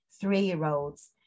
three-year-olds